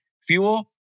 fuel